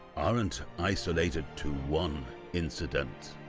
aren't isolated to one incident.